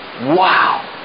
wow